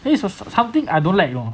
piece of something I don't like know